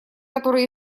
которые